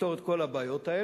תפתור את כל הבעיות האלה,